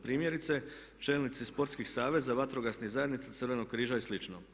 Primjerice čelnici sportskih saveza, vatrogasnih zajednica, Crvenog križa i slično.